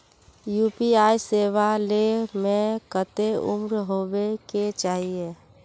UPI सेवा ले में कते उम्र होबे के चाहिए?